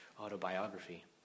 autobiography